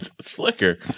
Slicker